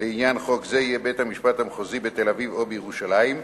לעניין חוק זה יהיה בית-המשפט המחוזי בתל-אביב או בירושלים,